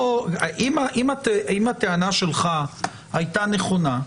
אם הטענה שלך הייתה נכונה,